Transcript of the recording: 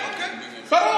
אוקיי.